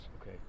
Okay